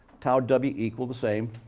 tau w equal the same.